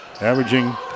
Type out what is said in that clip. averaging